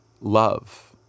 love